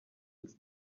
its